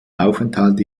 aufenthalt